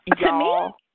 y'all